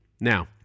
Now